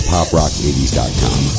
PopRock80s.com